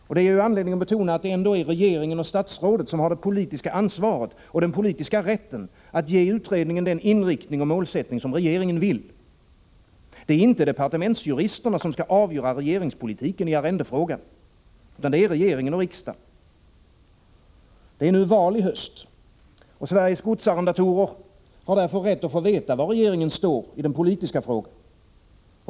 Detta ger anledning att betona att det ändå är regeringen och statsrådet som har det politiska ansvaret och den politiska rätten att ge utredningen den inriktning och den målsättning som regeringen vill. Det är inte departementsjuristerna som skall utforma regeringspolitiken i arrendefrågan, utan det är regeringen och riksdagen. Det är val i höst, och Sveriges godsarrendatorer har därför rätt att få veta var regeringen står i den politiska frågan.